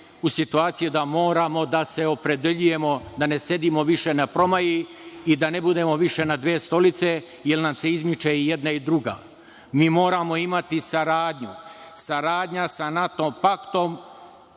u situacije da moramo da se opredeljujemo, da ne sedimo više na promaji i da ne budemo više na dve stolice, jer nam se izmiču i jedan i druga. Mi moramo imati saradnju. Saradnja sa NATO paktom